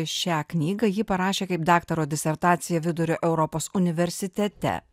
šią knygą ji parašė kaip daktaro disertaciją vidurio europos universitete